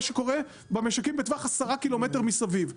שקורה במשחקים בטווח 10 קילומטר מסביב,